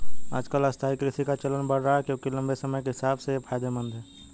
आजकल स्थायी कृषि का चलन बढ़ रहा है क्योंकि लम्बे समय के हिसाब से ये फायदेमंद है